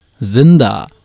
Zinda